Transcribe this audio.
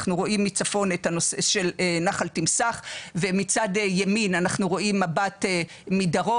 אנחנו רואים מצפון של נחל תמסח ומצד ימין אנחנו רואים מבט מדרום.